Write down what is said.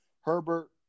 Herbert –